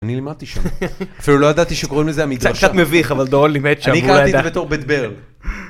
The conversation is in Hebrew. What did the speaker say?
אני לימדתי שם, אפילו לא ידעתי שקוראים לזה המדרשה. זה קצת מביך, אבל דורון לימד שם, והוא לא ידע. אני קראתי את זה בתור בית ברל.